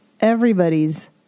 everybody's